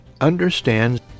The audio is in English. understand